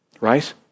Right